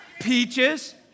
Peaches